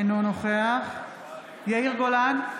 אינו נוכח יאיר גולן,